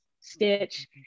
Stitch